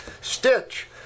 Stitch